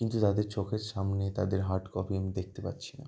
কিন্তু তাদের চোখের সামনে তাদের হার্ড কপি আমি দেখতে পাচ্ছি না